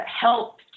help